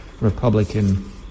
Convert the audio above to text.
Republican